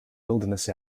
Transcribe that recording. wilderness